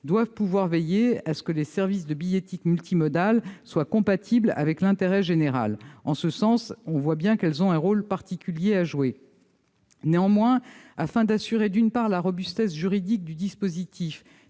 doivent pouvoir veiller à ce que les services de billettique multimodale soient compatibles avec l'intérêt général. En ce sens, on voit bien qu'elles ont un rôle particulier à jouer. Néanmoins, afin d'assurer la robustesse juridique du dispositif